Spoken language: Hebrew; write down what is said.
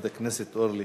חברת הכנסת אורלי,